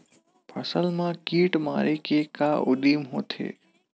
फसल मा कीट मारे के का उदिम होथे?